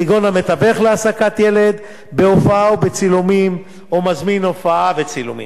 כגון מתווך להעסקת ילד בהופעה או בצילומים או מזמין הופעה או צילומים.